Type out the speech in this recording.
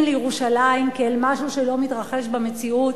לירושלים כאל משהו שלא מתרחש במציאות,